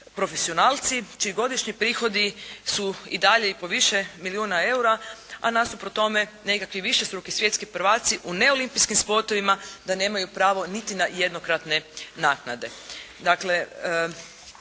profesionalci čiji godišnji prihodi su i dalje i po više milijuna eura, a nasuprot tome nekakvi višestruki svjetski prvaci u neolimpijskim sportovima da nemaju pravo niti na jednokratne naknade.